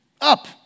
Up